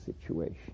situation